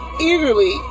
eagerly